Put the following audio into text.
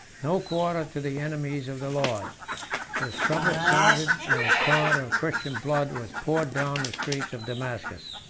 no quarter to the enemies of the lord his trumpets sounded, and a torrent of christian blood was poured down the streets of damascus.